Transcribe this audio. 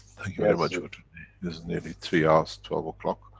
thank you very much. but is nearly three hours, twelve o'clock.